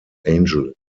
angeles